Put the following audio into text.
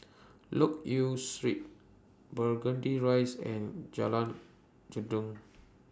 Loke Yew Street Burgundy Rise and Jalan Gendang